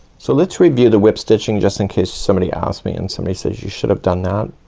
so let's review the whip stitching, just in case somebody ask me. and somebody says you should have done that.